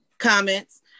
comments